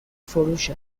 فروش